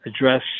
address